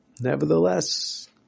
nevertheless